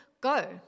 go